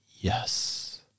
yes